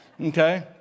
okay